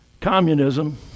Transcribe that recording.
communism